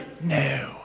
No